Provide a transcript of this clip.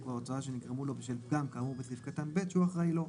או הוצאה שנגרמו לו בשל פגם כאמור בסעיף קטן (ב) שהוא אחראי לו.